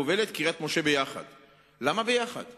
שוב: היכן ההיגיון?